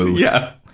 yeah,